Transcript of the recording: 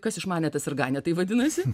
kas išmanė tas ir ganė tai vadinasi